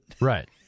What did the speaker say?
Right